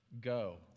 Go